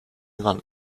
rand